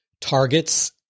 targets